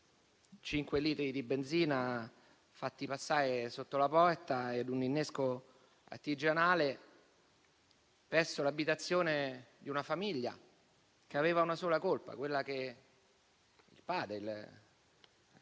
litri di benzina fatti passare sotto la porta un innesco artigianale presso l'abitazione di una famiglia che aveva una sola colpa. Il padre, il